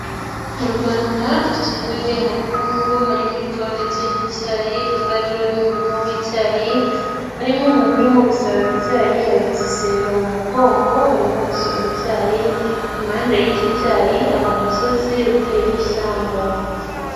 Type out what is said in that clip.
Mu Rwanda dufite ibihingwa ngengabukungu harimo ikawa ndetse n'icyayi, aha ngaha rero ni umurima w'icyayi, harimo umuntu urimo gusarura icyayi, yahetse isero mu mugongo arimo gusoroma icyayi, impande y'iki cyayi hari umusozi uteyeho ishyamba.